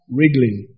Wriggling